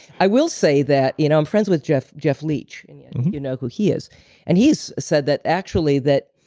i will say that you know i'm friends with jeff jeff leech, and yeah you know who he is mm-hmm and he's said that actually that,